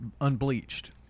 unbleached